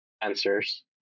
answers